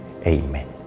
Amen